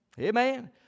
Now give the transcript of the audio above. Amen